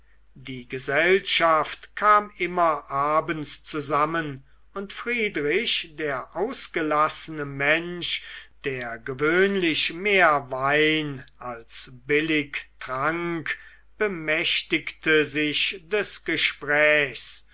die gesellschaft kam immer abends zusammen und friedrich der ausgelassene mensch der gewöhnlich mehr wein als billig trank bemächtigte sich des gesprächs